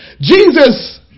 Jesus